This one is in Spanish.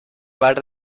bar